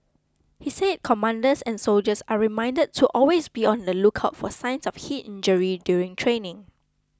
he said commanders and soldiers are reminded to always be on the lookout for signs of heat injury during training